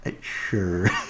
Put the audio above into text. Sure